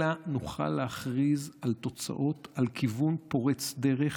אלא נוכל להכריז על תוצאות, על כיוון פורץ דרך,